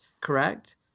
Correct